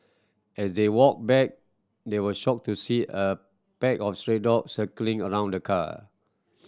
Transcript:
as they walk back they were shocked to see a pack of stray dogs circling around the car